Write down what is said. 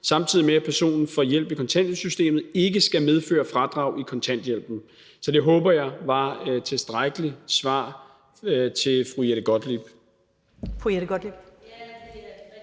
samtidig med at personen får hjælp i kontanthjælpssystemet, ikke skal medføre fradrag i kontanthjælpen. Det håber jeg var et tilstrækkeligt svar til fru Jette Gottlieb.